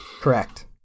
Correct